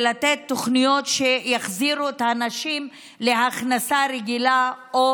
ולתת תוכניות שיחזירו את האנשים להכנסה רגילה או